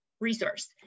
resource